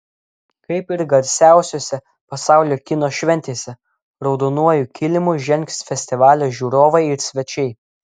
kaip ir garsiausiose pasaulio kino šventėse raudonuoju kilimu žengs festivalio žiūrovai ir svečiai